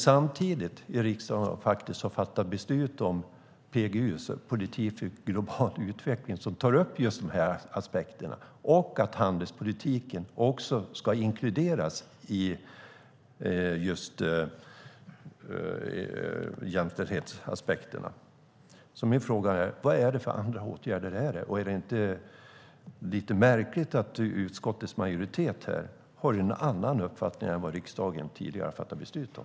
Samtidigt har vi i riksdagen faktiskt fattat beslut om PGU, politik för global utveckling, som tar upp just de här aspekterna och att handelspolitiken också ska inkluderas i just jämställdhetsaspekterna. Min fråga är: Vad är det för andra åtgärder? Och är det inte lite märkligt att utskottets majoritet här har en annan uppfattning än vad riksdagen tidigare har fattat beslut om?